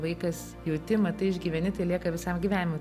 vaikas jauti matai išgyveni tai lieka visam gyvenimui